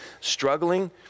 struggling